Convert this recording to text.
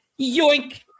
yoink